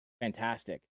Fantastic